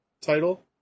title